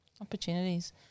opportunities